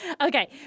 okay